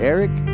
Eric